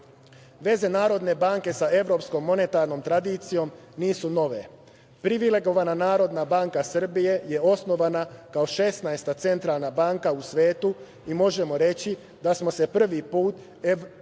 Narodne banke sa evropskom monetarnom tradicijom nisu nove. Privilegovana Narodna banka Srbije je osnovana kao šesnaesta centralna banka u svetu i možemo reći da smo se prvi put Evropi